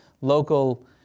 local